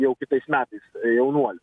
jau kitais metais jaunuolių